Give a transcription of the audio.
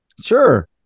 Sure